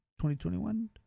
2021